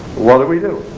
what do we do?